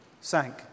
sank